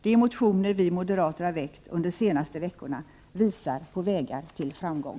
De motioner vi moderater har väckt under de senaste veckorna visar på vägar till framgång.